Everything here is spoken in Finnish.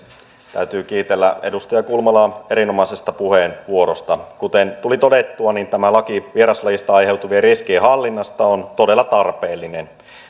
täytyy kiitellä edustaja kulmalaa erinomaisesta puheenvuorosta kuten tuli todettua tämä laki vieraslajeista aiheutuvien riskien hallinnasta on todella tarpeellinen